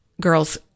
girls